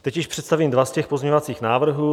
Teď již představím dva z těch pozměňovacích návrhů.